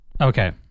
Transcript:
Okay